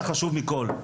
החשוב מכול.